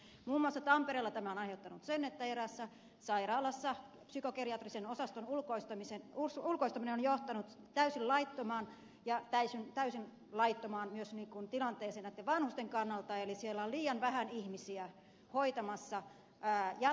muun muassa tampereella tämä on aiheuttanut sen että eräässä sairaalassa psykogeriatrisen osaston ulkoistaminen on johtanut täysin laittomaan tilanteeseen näitten vanhusten kannalta eli siellä on jatkuvasti liian vähän ihmisiä hoitamassa pää ja